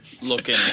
looking